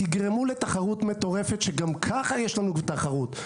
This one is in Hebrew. תגרמו לתחרות מטורפת כשגם ככה יש לנו תחרות.